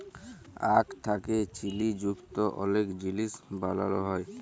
আখ থ্যাকে চিলি যুক্ত অলেক জিলিস বালালো হ্যয়